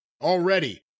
already